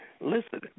listen